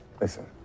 Listen